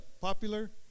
popular